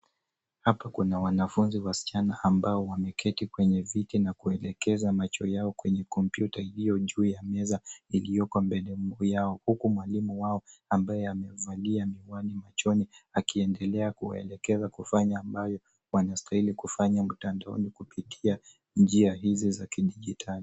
Hapa kuna wanafunzi wasichana ambao wameketi kwenye kiti na kuelekeza macho yao kwenye kompyuta iliyo juu ya meza iliyoko mbele yao huku mwalimu wao ambaye amevalia miwani machoni akiendelea kuwaelekeza kufanya ambayo wanastahili kufanya mtandaoni kupitia njia hizi za kidijitali.